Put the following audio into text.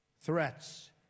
threats